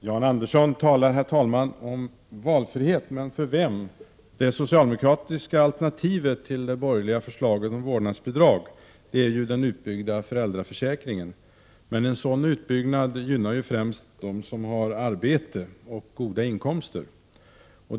Herr talman! Jan Andersson talar om valfrihet, men för vem? Det socialdemokratiska alternativet till de borgerliga förslagen om vårdnadsbidrag är ju en utbyggnad av föräldraförsäkringen. Men en sådan utbyggnad gynnar ju främst dem som har arbete och goda inkomster.